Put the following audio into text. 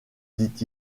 dit